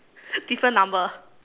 different number